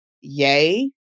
yay